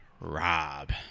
Rob